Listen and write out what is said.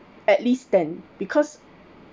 at least ten because